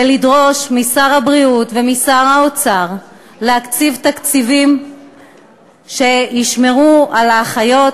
ולדרוש משר הבריאות ומשר האוצר להקציב תקציבים שישמרו על האחיות,